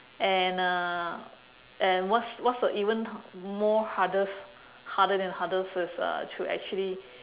and uh and what's what's the even more hardest harder than hardest is uh to actually